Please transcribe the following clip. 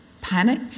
panic